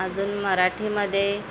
अजून मराठीमध्ये